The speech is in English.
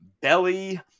Belly